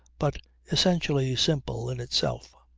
but essentially simple in itself.